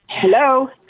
hello